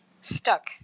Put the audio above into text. Stuck